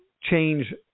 change